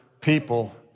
people